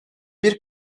bir